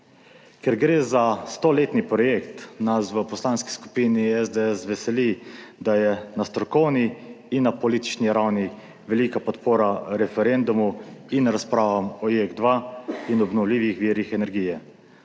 Ker gre za stoletni projekt, nas v Poslanski skupini SDS veseli, da je na strokovni in politični ravni velika podpora referendumu in razpravam o JEK2 in obnovljivih virih energije.